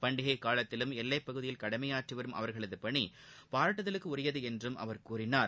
பண்டிகைக் காலத்திலும் எல்லைப் பகுதியில் கடமையாற்றி வரும் அவர்களது பணி பாராட்டுதலுக்குரியது என்றும் அவர் கூறினார்